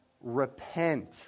Repent